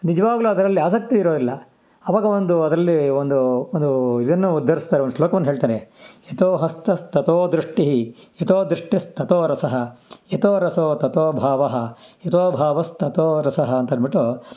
ನಿಜವಾಗಲೂ ಅದ್ರಲ್ಲಿ ಆಸಕ್ತಿ ಇರೋದಿಲ್ಲ ಅವಾಗ ಒಂದು ಅದರಲ್ಲಿ ಒಂದು ಒಂದೂ ಇದನ್ನು ಉದ್ಧರಿಸ್ತಾರೆ ಒಂದು ಶ್ಲೋಕವನ್ನ ಹೇಳ್ತಾರೆ ಯಥೋ ಹಸ್ತಸ್ತಥೋ ದೃಷ್ಟಿಃ ಯಥೋ ದೃಷ್ಟ್ಯಸ್ತಥೋ ರಸಃ ಯಥೋ ರಸವೋ ತಥೋ ಭಾವಃ ಯಥೋ ಭಾವಸ್ತತೋ ರಸಃ ಅಂತಂದ್ಬಿಟ್ಟು